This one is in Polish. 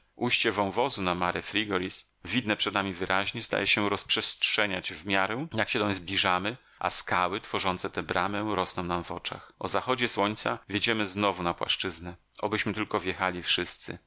ujście wąwozu na mare frigoris widne przed nami wyraźnie zdaje się rozprzestrzeniać w miarę jak się doń zbliżamy a skały tworzące tę bramę rosną nam w oczach o zachodzie słońca wjedziemy znowu na płaszczyznę obyśmy tylko wjechali wszyscy